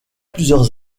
plusieurs